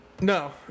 No